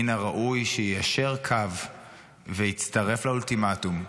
מן הראוי שיישר קו ויצטרף לאולטימטום,